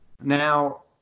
now